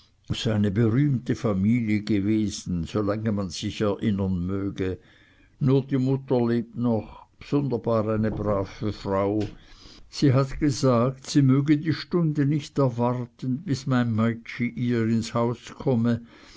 eine berühmte familie gewesen solange man sich erinnern möge nur die mutter lebt noch bsunderbar eine brave frau sie hat gesagt sie möge die stunde nicht er warten bis mein meitschi ihr ins haus komme